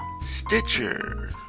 Stitcher